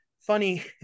funny